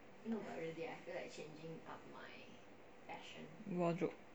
wardrobe